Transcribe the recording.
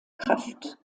kraft